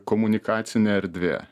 komunikacinė erdvė